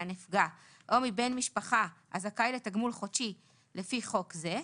מהנפגע או מבן משפחה הזכאי לתגמול חודשי לפי חוק זה,